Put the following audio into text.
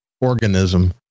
organism